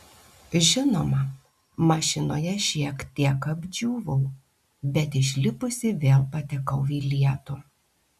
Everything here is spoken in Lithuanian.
žinoma mašinoje šiek tiek apdžiūvau bet išlipusi vėl patekau į lietų